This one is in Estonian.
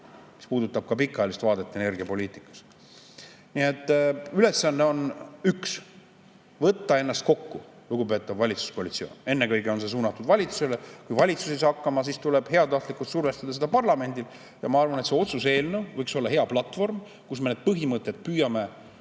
mis puudutab pikaajalist vaadet energiapoliitikas. Nii et ülesanne on üks: võtta ennast kokku, lugupeetav valitsuskoalitsioon. Ennekõike on see suunatud valitsusele. Kui valitsus ei saa hakkama, siis tuleb heatahtlikult survestada seda parlamendil. Ja ma arvan, et see otsuse eelnõu võiks olla hea platvorm, kus me püüame heatahtlikult